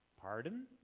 Pardon